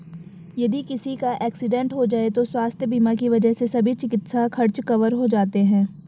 यदि किसी का एक्सीडेंट हो जाए तो स्वास्थ्य बीमा की वजह से सभी चिकित्सा खर्च कवर हो जाते हैं